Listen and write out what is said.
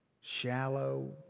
shallow